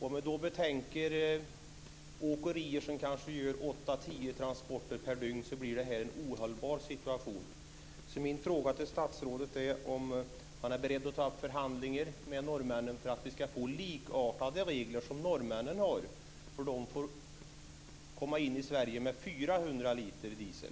Om man då betänker att åkerier kanske gör 8-10 transporter per dygn blir det en ohållbar situation. Min fråga till statsrådet är om han är beredd att ta upp förhandlingar med norrmännen för att vi ska få likartade regler med norrmännens, för de får komma in i Sverige med 400 liter diesel.